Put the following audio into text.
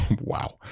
wow